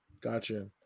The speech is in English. Gotcha